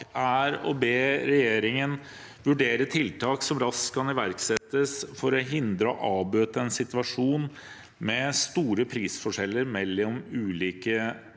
bak, er å be regjeringen vurdere tiltak som raskt kan iverksettes for å hindre og avbøte en situasjon med store prisforskjeller mellom ulike